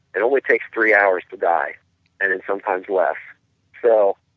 it only takes three hours to die and and sometimes less so